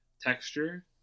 texture